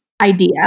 idea